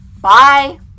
Bye